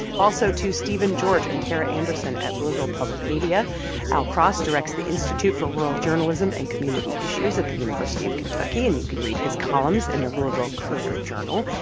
also to stephen george and tara anderson at louisville public media al cross directs the institute for rural journalism and community issues at the university of kentucky, and you can read his columns in the louisville courier-journal.